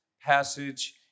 passage